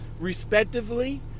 respectively